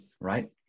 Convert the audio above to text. right